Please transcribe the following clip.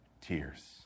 Tears